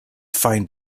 find